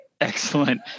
excellent